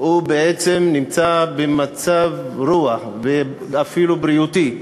נמצא במצב רוח, אפילו בריאותי,